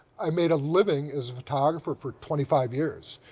i made a living as a photographer for twenty five years,